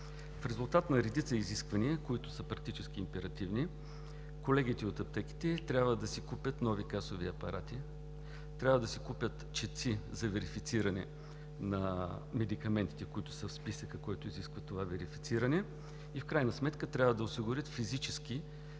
В резултат на редица изисквания, които са практически императивни, колегите от аптеките трябва да си купят нови касови апарати, трябва да си купят четци за верифициране на медикаментите, които са в списъка, който изисква това верифициране, и в крайна сметка трябва да осигурят физически